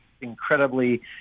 incredibly